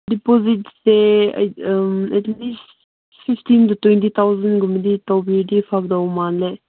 ꯗꯤꯄꯣꯖꯤꯠꯁꯦ fifteen to twenty ꯊꯥꯎꯖꯟꯒꯨꯝꯕꯗꯤ ꯇꯧꯕꯤꯔꯗꯤ ꯐꯒꯗꯧ ꯃꯥꯜꯂꯦ